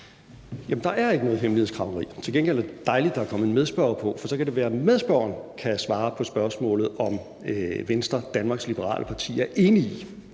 Jamen der er ikke noget hemmelighedskræmmeri. Til gengæld er det dejligt, der er kommet en medspørger på, for så kan det være, at medspørgeren kan svare på spørgsmålet om, hvorvidt Venstre, Danmarks Liberale Parti, er enig i,